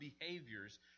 behaviors